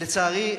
לצערי,